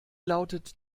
lautet